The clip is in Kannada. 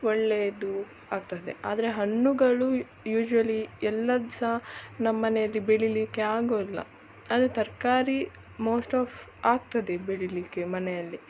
ಒಳ್ಳೇದು ಆಗ್ತದೆ ಆದರೆ ಹಣ್ಣುಗಳು ಯುಶ್ಯಲಿ ಎಲ್ಲದು ಸಹ ನಮ್ಮ ಮನೆಲ್ಲಿ ಬೆಳೀಲಿಕ್ಕೆ ಆಗೋಲ್ಲ ಆದರೆ ತರಕಾರಿ ಮೋಸ್ಟ್ ಆಫ್ ಆಗ್ತದೆ ಬೆಳೀಲಿಕ್ಕೆ ಮನೆಯಲ್ಲಿ